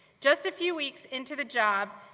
just a few weeks into the job,